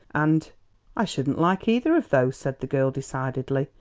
and i shouldn't like either of those, said the girl decidedly,